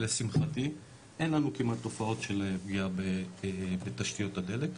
לשמחתי אין לנו כמעט תופעות של פגיעה בתשתיות הדלק,